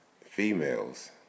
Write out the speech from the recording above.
Females